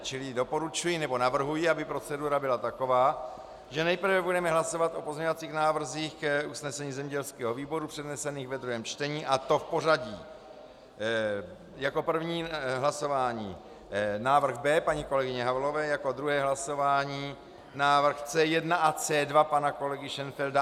Čili doporučuji nebo navrhuji, aby procedura byla taková, že nejprve budeme hlasovat o pozměňovacích návrzích k usnesení zemědělského výboru přednesených ve druhém čtení, a to v pořadí: Jako první hlasování návrh B paní kolegyně Havlové, jako druhé hlasování návrh C1 a C2 pana kolegy Šenfelda en bloc.